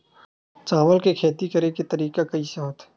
चावल के खेती करेके तरीका कइसे होथे?